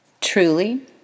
Truly